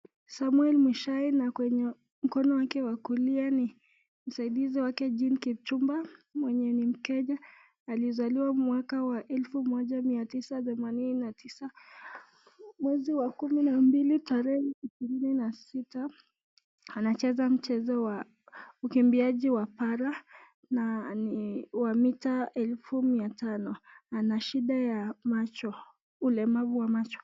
Samwel Mushai na kwenye mkono wake wa kulia ni msaidizi wake Jean Kipchumba mwenye ni Mkenya alizaliwa mwaka wa elfu moja mia tisa themanini na tisa mwezi wa kumi na mbili tarehe ishirini na sita anacheza mchezo wa ukimbiaji wa para na ni wa mita elfu mia tano. Ana shida ya macho, ulemavu wa macho.